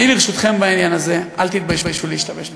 אני לרשותכם בעניין הזה, אל תתביישו להשתמש בזה.